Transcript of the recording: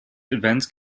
events